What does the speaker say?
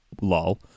lol